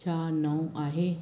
छा नओं आहे